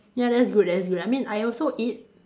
ya that's good that's good I mean I also eat